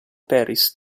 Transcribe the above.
paris